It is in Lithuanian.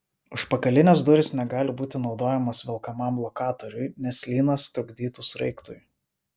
užpakalinės durys negali būti naudojamos velkamam lokatoriui nes lynas trukdytų sraigtui